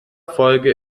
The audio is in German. folge